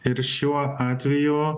ir šiuo atveju